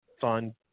fund